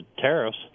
tariffs